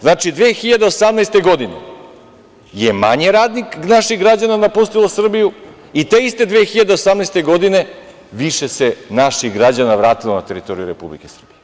Znači, 2018. godine je manje naših građana napustilo Srbiju i te iste 2018. godine više se naših građana vratilo na teritoriju Republike Srbije.